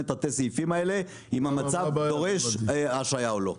תתי הסעיפים האלה אם המצב דורש השהיה או לא?